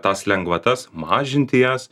tas lengvatas mažinti jas